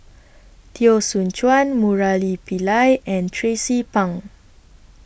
Teo Soon Chuan Murali Pillai and Tracie Pang